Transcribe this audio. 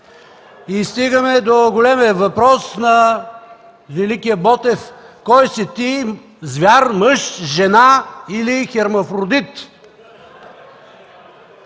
И стигаме до големия въпрос на великия Ботев „Кой си ти – звяр, мъж, жена или хермафродит?”